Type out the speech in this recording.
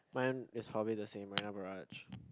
mine is probably the same Marina-Barrage